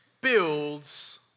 builds